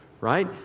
right